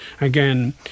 again